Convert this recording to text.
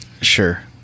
sure